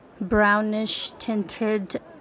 brownish-tinted